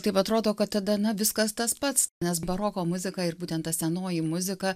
taip atrodo kad tada na viskas tas pats nes baroko muzika ir būtent ta senoji muzika